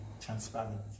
transparent